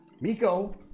Miko